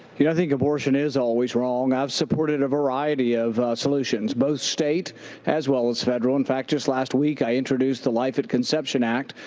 you know, i think abortion is always wrong. i've supported a variety of solutions, both state as well as federal. in fact, just last week, i introduced the life at conception act,